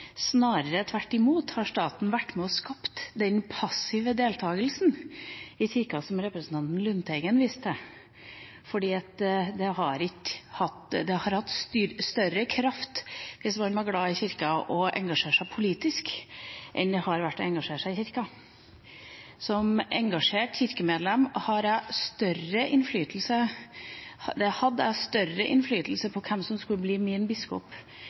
Snarere tvert imot har staten vært med og skapt den passive deltagelsen i Kirka, som representanten Lundteigen viste til. Det har hatt større kraft, hvis man var glad i Kirka, å engasjere seg politisk enn det har vært å engasjere seg i Kirka. Som engasjert kirkemedlem hadde jeg større innflytelse på hvem som skulle bli min biskop